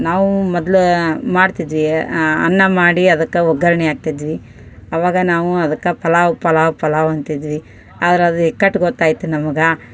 ನಾವೂ ಮೊದ್ಲು ಮಾಡ್ತಿದ್ವಿ ಅನ್ನ ಮಾಡಿ ಅದಕ್ಕೆ ಒಗ್ಗರ್ಣೆ ಹಾಕ್ತಿದ್ವಿ ಅವಾಗ ನಾವು ಅದಕ್ಕೆ ಪಲಾವ್ ಪಲಾವ್ ಪಲಾವ್ ಅಂತಿದ್ವಿ ಆದ್ರೆ ಅದು ಇಕ್ಕಟ್ಟು ಗೊತ್ತಾಯಿತು ನಮ್ಗೆ